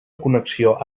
connexió